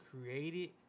created